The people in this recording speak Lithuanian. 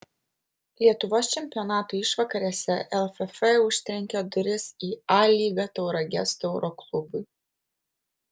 lietuvos čempionato išvakarėse lff užtrenkė duris į a lygą tauragės tauro klubui